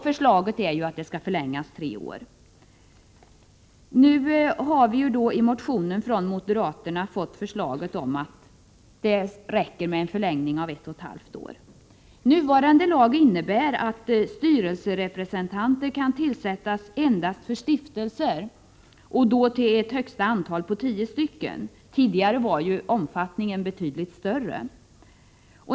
Förslaget är att lagens giltighet skall förlängas med tre år. Nuvarande lag innebär att styrelserepresentanter kan tillsättas endast för stiftelser och till ett högsta antal av tio stycken. Tidigare var omfattningen betydligt större.